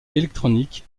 électronique